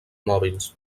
mòbils